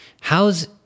how's